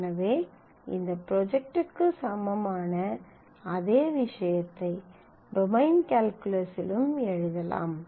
எனவே இந்த ப்ரொஜெக்ட்க்கு சமமான அதே விஷயத்தை டொமைன் கால்குலஸில் எழுதலாம்